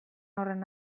horren